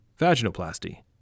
vaginoplasty